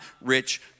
rich